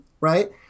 right